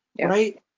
right